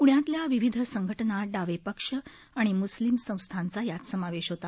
प्ण्यातल्या विविध संघटना डावे पक्ष आणि मुस्लिम संस्थांचा यात समावेश होता